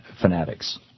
fanatics